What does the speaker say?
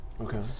Okay